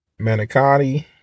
manicotti